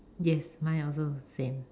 yes mine also same